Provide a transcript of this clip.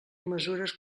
mesures